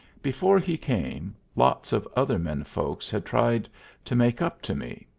before he came, lots of other men-folks had tried to make up to me,